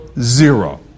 zero